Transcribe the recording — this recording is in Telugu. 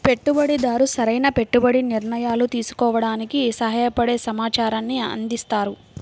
పెట్టుబడిదారు సరైన పెట్టుబడి నిర్ణయాలు తీసుకోవడానికి సహాయపడే సమాచారాన్ని అందిస్తారు